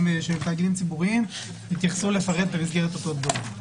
של תאגידים ציבוריים התייחסו לפרט במסגרת אותו דוח.